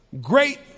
great